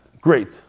Great